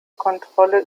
kontrolle